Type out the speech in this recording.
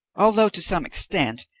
although, to some extent,